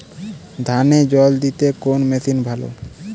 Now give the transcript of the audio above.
ধানে জল দিতে কোন মেশিন ভালো?